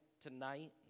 tonight